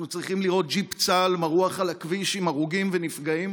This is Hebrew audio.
אנחנו צריכים לראות ג'יפ צה"ל מרוח על הכביש עם הרוגים ונפגעים?